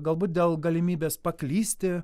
galbūt dėl galimybės paklysti